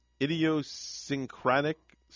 idiosyncratic